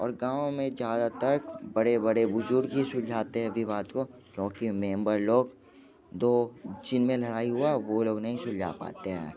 और गाँव में ज़्यादातर बड़े बड़े बुज़ुर्ग ही सुलझाते हैं विवाद को क्योंकि मेंबर लोग दो जिन में लड़ाई हुआ वो लोग नहीं सुलझा पाते हैं